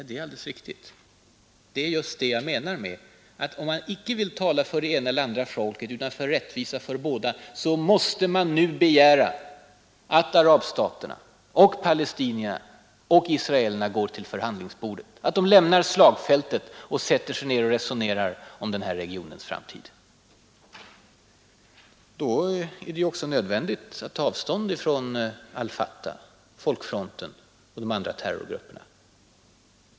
Det är riktigt. Därför menar jag att om man vill ha rättvisa för båda folken måste man nu begära att arabstaterna, palestinierna och israelerna går till förhandlingsbordet, att de lämnar slagfältet och sätter sig ner och resonerar om den här regionens framtid. Då blir det också nödvändigt att ta avstånd från al Fatah, Folkfronten och de andra terrorgrupperna.